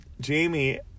jamie